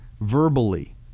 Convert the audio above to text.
verbally